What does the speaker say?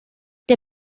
der